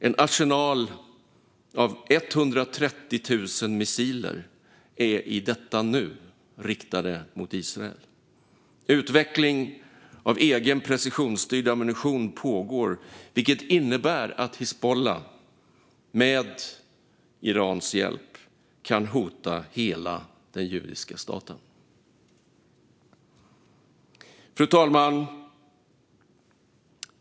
En arsenal av 130 000 missiler är i detta nu riktad mot Israel. Utveckling av egen precisionsstyrd ammunition pågår. Detta innebär att Hizbullah med Irans hjälp kan hota hela den judiska staten. Fru talman!